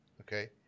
Okay